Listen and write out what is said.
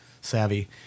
savvy